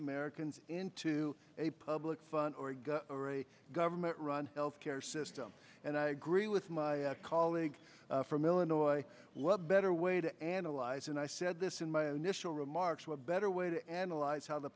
americans into a public fund or go for a government run health care system and i agree with my colleague from illinois what better way to analyze and i said this in my initial remarks what better way to analyze how the